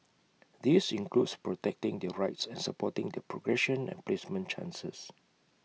this includes protecting their rights and supporting their progression and placement chances